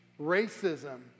Racism